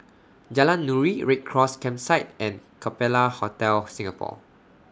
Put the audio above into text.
Jalan Nuri Red Cross Campsite and Capella Hotel Singapore